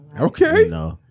Okay